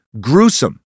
gruesome